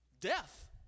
Death